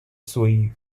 sui